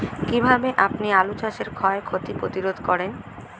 কীভাবে আপনি আলু চাষের ক্ষয় ক্ষতি প্রতিরোধ করেন?